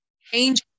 Change